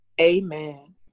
Amen